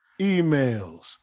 emails